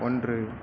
ஒன்று